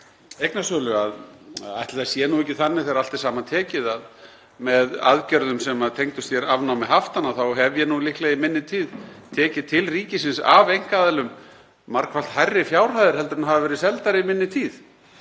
eignasölu, að ætli það sé ekki þannig þegar allt er saman tekið að með aðgerðum sem tengdust afnámi haftanna þá hef ég nú líklega í minni tíð tekið til ríkisins af einkaaðilum margfalt hærri fjárhæðir heldur en hafa verið seldar í minni tíð.